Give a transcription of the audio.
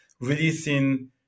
releasing